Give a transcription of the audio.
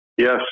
Yes